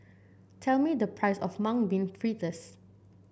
tell me the price of Mung Bean Fritters